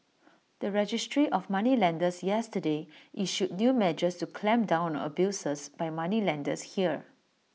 the registry of moneylenders yesterday issued new measures to clamp down on abuses by moneylenders here